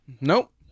Nope